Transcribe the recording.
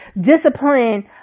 Discipline